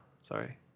Sorry